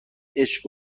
عشق